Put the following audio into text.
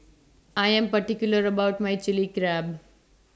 I Am particular about My Chilli Crab